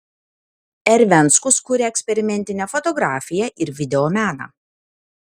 r venckus kuria eksperimentinę fotografiją ir videomeną